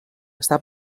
està